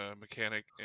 mechanic